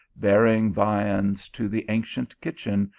bearing viands to the ancient kitchen,